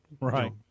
Right